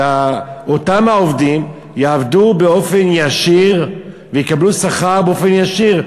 ושאותם העובדים יעבדו באופן ישיר ויקבלו שכר באופן ישיר,